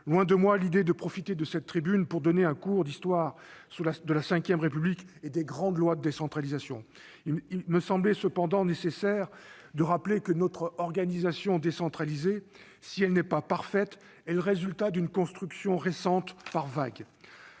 Loin de moi l'idée de profiter de cette tribune pour donner un cours d'histoire sur la V République et les grandes lois de décentralisation. Il me semblait toutefois nécessaire de rappeler que notre organisation décentralisée, si elle n'est pas parfaite, est le résultat d'une construction récente par vagues.